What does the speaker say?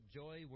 joy